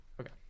Okay